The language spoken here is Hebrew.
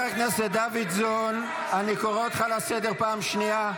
חבר הכנסת דוידסון, אני קורא אותך לסדר פעם שנייה.